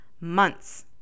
months